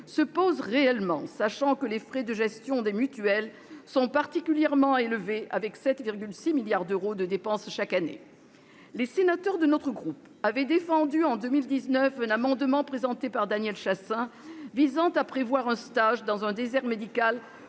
se pose réellement, sachant que les frais de gestion des mutuelles sont particulièrement élevés, avec 7,6 milliards d'euros de dépenses chaque année. Les sénateurs de notre groupe avaient défendu en 2019 un amendement présenté par Daniel Chasseing visant à prévoir un stage dans un désert médical